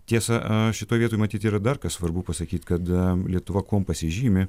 tiesa a šitoj vietoj matyt yra dar kas svarbu pasakyt kad lietuva kuom pasižymi